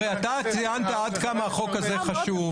הרי אתה ציינת עד כמה החוק הזה חשוב.